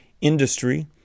Industry